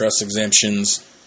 exemptions